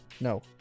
No